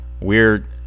weird